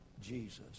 Jesus